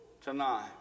tonight